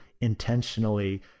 intentionally